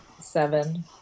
Seven